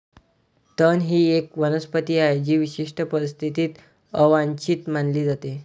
तण ही एक वनस्पती आहे जी विशिष्ट परिस्थितीत अवांछित मानली जाते